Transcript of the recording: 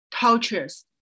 tortures